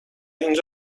این